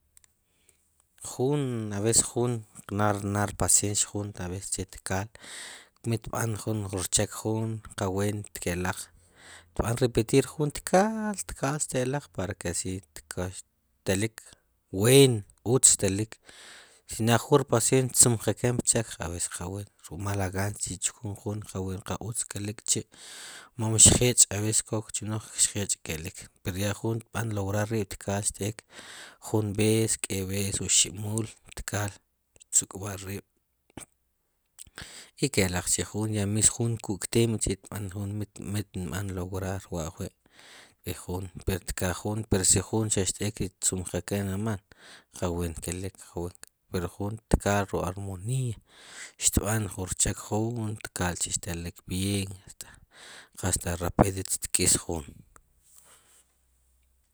Jun ab'es jun nad nad spaciencia jun ab'es che tkaal mit b'an juun jun xchek jun qa ween ke'laq xb'an repetiir juun tkaal tkaal tkaal xte'laq para ke asi telik ween utz telik si naad juun xpaciencia xtsumjeken jun rchek ab'ees qa ween ruk' mala qaan chi' xtchkun juun qaween qa utz kelik chi'mon xjech' kchi' ab'ees kok chu wnaq mom xjech'kelik pero ya juun xtb'an lograr ri' tkaal xt'eek jun b'ees k'eb'b'ees oxib'muul tkaal xtsuk'b'a riib' i ke'laq chi'juun are'miis juun junku'kteem chi' xtb'an mit mit tinb'an lograr wa' ajwi' xtb'iij juun pero si juun xaxt'ek i xtsumjeken rmal qa ween kelik juun pero juun tkaal xb'an ruk' armoniiy xb'an jun rchek juun tkaal chi' xtelik b'i'ien hasta rapidit xk'is juun